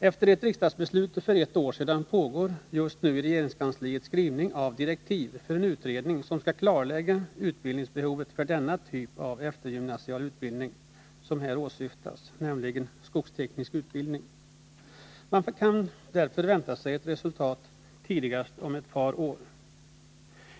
Efter ett riksdagsbeslut för ett år sedan pågår just nu i regeringskansliet skrivning av direktiv för en utredning som skall klarlägga behovet av den typ av eftergymnasial utbildning som här åsyftas, nämligen skogsteknisk utbildning. Man kan därför vänta sig ett resultat tidigast om ett par år.